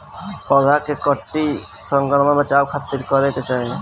पौधा के कीट संक्रमण से बचावे खातिर का करे के चाहीं?